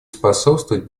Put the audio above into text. способствовать